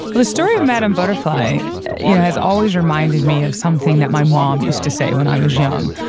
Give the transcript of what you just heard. the story of madam butterfly you know has always reminded me of something that my mom used to say when i was young.